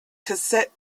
cassette